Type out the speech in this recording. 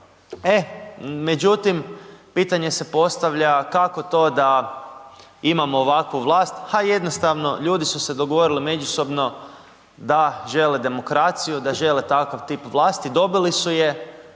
E, međutim, pitanje se postavlja kako to da imamo ovakvu vlast, ha, jednostavno ljudi su se dogovorili međusobno da žele demokraciju, da žele takav tip vlasti, dobili su je.